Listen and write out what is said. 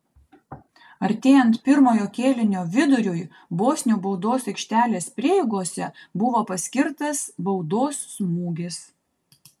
artėjant pirmojo kėlinio viduriui bosnių baudos aikštelės prieigose buvo paskirtas baudos smūgis